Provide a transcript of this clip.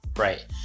right